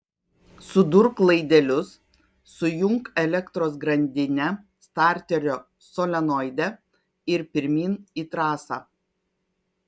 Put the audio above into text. sudurk laidelius sujunk elektros grandinę starterio solenoide ir pirmyn į trasą